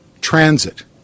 transit